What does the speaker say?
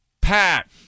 Pat